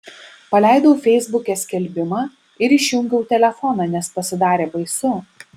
paleidau feisbuke skelbimą ir išjungiau telefoną nes pasidarė baisu